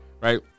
right